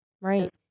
right